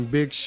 Big